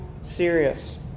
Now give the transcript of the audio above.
serious